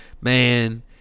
man